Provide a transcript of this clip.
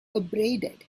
abraded